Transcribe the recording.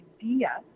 idea